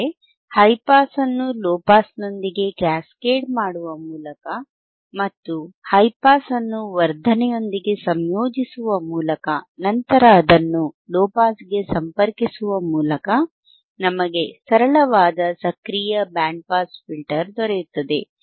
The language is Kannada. ಅಂದರೆ ಹೈ ಪಾಸ್ ಅನ್ನು ಲೊ ಪಾಸ್ನೊಂದಿಗೆ ಕ್ಯಾಸ್ಕೇಡ್ ಮಾಡುವ ಮೂಲಕ ಮತ್ತು ಹೈ ಪಾಸ್ ಅನ್ನು ವರ್ಧನೆಯೊಂದಿಗೆ ಸಂಯೋಜಿಸುವ ಮೂಲಕ ನಂತರ ಅದನ್ನು ಲೊ ಪಾಸ್ಗೆ ಸಂಪರ್ಕಿಸುವ ಮೂಲಕ ನಮಗೆ ಸರಳವಾದ ಸಕ್ರಿಯ ಬ್ಯಾಂಡ್ ಪಾಸ್ ಫಿಲ್ಟರ್ ದೊರೆಯುತ್ತದೆ